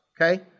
okay